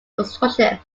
construction